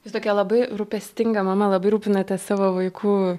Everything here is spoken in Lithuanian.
jūs tokia labai rūpestinga mama labai rūpinatės savo vaikų